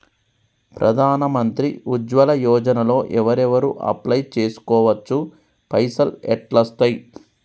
ప్రధాన మంత్రి ఉజ్వల్ యోజన లో ఎవరెవరు అప్లయ్ చేస్కోవచ్చు? పైసల్ ఎట్లస్తయి?